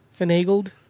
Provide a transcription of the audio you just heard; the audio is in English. finagled